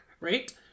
right